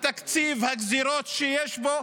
התקציב והגזרות שיש בו,